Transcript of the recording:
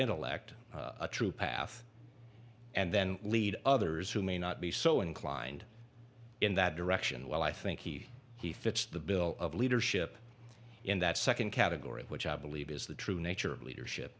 intellect a true path and then lead others who may not be so inclined in that direction well i think he he fits the bill of leadership in that second category which i believe is the true nature of leadership